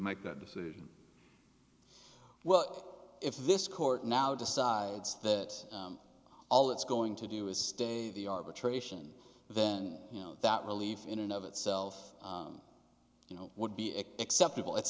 make that decision well if this court now decides that all it's going to do is stay the arbitration then you know that relief in and of itself you know would be a acceptable it's